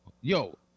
Yo